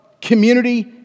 community